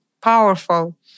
powerful